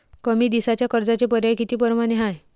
कमी दिसाच्या कर्जाचे पर्याय किती परमाने हाय?